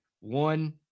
one